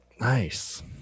Nice